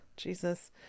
Jesus